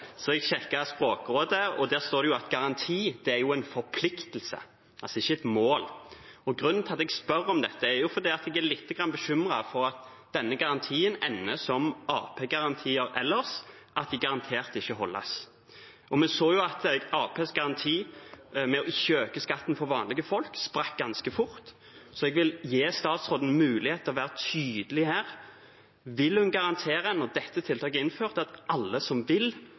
Så jeg sjekket med Språkrådet, og der står det at «garanti» er en forpliktelse, altså ikke et mål. Grunnen til at jeg spør om dette, er at jeg er lite grann bekymret for at denne garantien ender som Arbeiderparti-garantier ellers, at de garantert ikke blir holdt. Vi så at Arbeiderpartiets garanti om ikke å øke skatten for vanlige folk, sprakk ganske fort. Så jeg vil gi statsråden mulighet til å være tydelig her: Vil hun garantere, når dette tiltaket er innført, at alle som vil